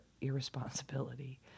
irresponsibility